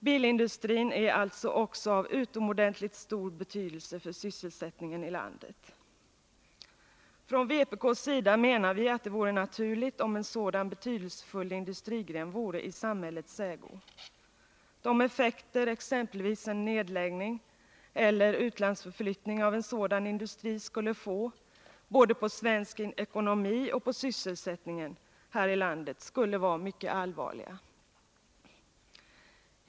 Bilindustrin är alltså av utomordentligt stor betydelse för sysselsättningen i landet. Från vpk:s sida menar vi att det vore naturligt om en sådan betydelsefull industrigren vore i samhällets ägo. De effekter exempelvis en nedläggning eller utlandsförflyttning av en sådan industri skulle få både på svensk ekonomi och på sysselsättningen här i landet skulle vara mycket allvarliga.